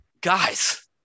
Guys